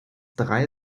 drei